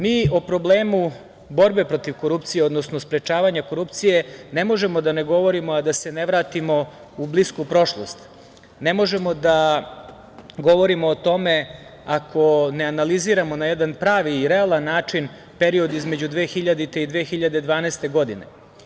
Mi o problemu borbe protiv korupcije, odnosno sprečavanje korupcije ne možemo da ne govorimo, a da se ne vratimo u blisku prošlost, ne možemo da govorimo o tome ako ne analiziramo na jedan pravi i realan način period između 2000. i 2012. godine.